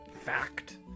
fact